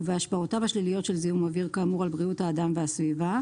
ובהשפעותיו השליליות של זיהום אוויר כאמור על בריאות האדם והסביבה.